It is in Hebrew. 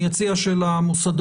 אני אציע שלמוסדות